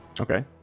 okay